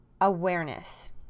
awareness